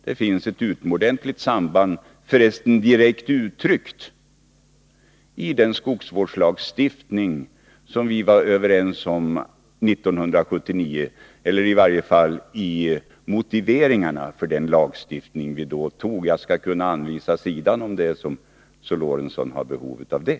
Det finns ett utomordentligt samband direkt uttryckt i den skogsvårdslagstiftning som vi var överens om 1979, i varje fall vad gäller motiveringarna. Jag kan hänvisa till sidan, om Sven Eric Lorentzon har behov av det.